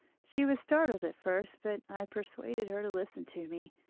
she was startled at first but i persuaded her to listen to me,